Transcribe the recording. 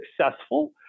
successful